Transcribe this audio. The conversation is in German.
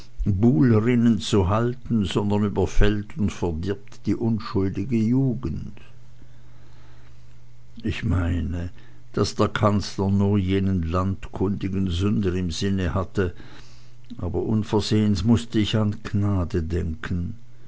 zu halten sondern überfällt und verdirbt die unschuldige jugend ich meine daß der kanzler nur jenen landkundigen sünder im sinne hatte aber unversehens mußte ich an gnade denken